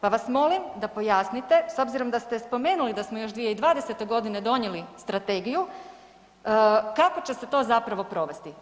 Pa vas molim da pojasnite, s obzirom da ste spomenuli da smo još 2020. g. donijeli Strategiju, kako će se to zapravo provesti?